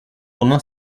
pendant